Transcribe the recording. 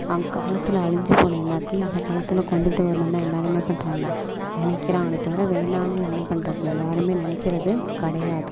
அக்காலத்தில் அழிஞ்சி போன எல்லாத்தையும் இந்த காலத்தில் கொண்டுகிட்டு வரணுன்னுதான் எல்லாரும் என்ன பண்ணுறாங்க நினைக்கிறாங்களே தவிர வேணான்னு என்ன பண்ணுறதில்ல யாருமே நினைக்கிறது கிடையாது